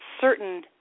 certain